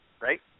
right